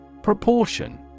Proportion